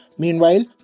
Meanwhile